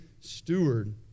steward